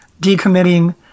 decommitting